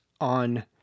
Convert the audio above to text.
on